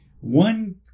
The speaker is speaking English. one